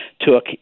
took